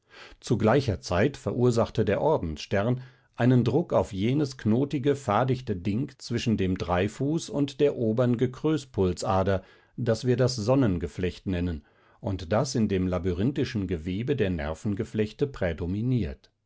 zu gleicher zeit verursachte der ordensstern einen druck auf jenes knotige fadichte ding zwischen dem dreifuß und der obern gekröspulsader das wir das sonnengeflecht nennen und das in dem labyrinthischen gewebe der nervengeflechte prädominiert